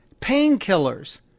painkillers